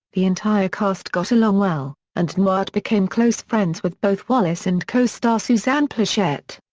the entire cast got along well, and newhart became close friends with both wallace and co-star suzanne pleshette.